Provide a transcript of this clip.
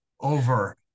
over